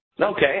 Okay